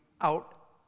out